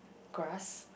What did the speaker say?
grass